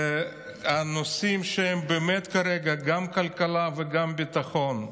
הנושאים שהם כרגע באמת, גם כלכלה וגם ביטחון.